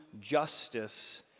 justice